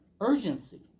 urgency